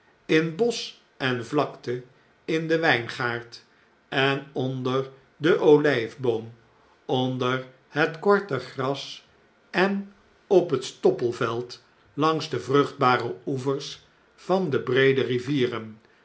in bosch en vlakte in den wjjngaard en onder den olh'fboom onder het korte gras en op hetstoppelveld langs de vruchtbare oevers van de breede rivieren